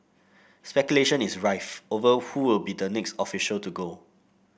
speculation is rife over who will be the next official to go